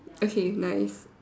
okay nice